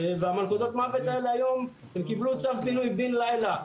ומלכודות המוות האלה היום הם קיבלו צו פינוי בן לילה.